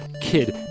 Kid